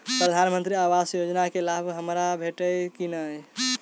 प्रधानमंत्री आवास योजना केँ लाभ हमरा भेटतय की नहि?